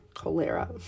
cholera